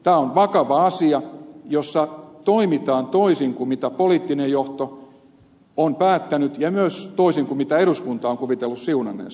tämä on vakava asia jossa toimitaan toisin kuin mitä poliittinen johto on päättänyt ja myös toisin kuin mitä eduskunta on kuvitellut siunanneensa